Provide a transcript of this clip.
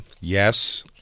Yes